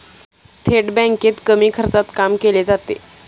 थेट बँकेत कमी खर्चात काम केले जाते